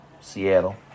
Seattle